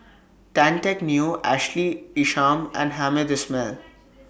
Tan Teck Neo Ashley Isham and Hamed Ismail